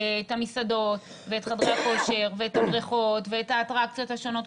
את המסעדות ואת חדרי הכושר ואת הבריכות ואת האטרקציות השונות,